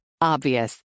Obvious